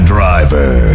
Driver